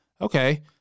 okay